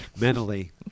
Mentally